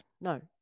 No